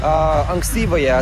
a ankstyvąją